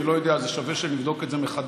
אני לא יודע, זה שווה שנבדוק את זה מחדש.